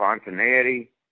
spontaneity